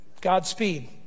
Godspeed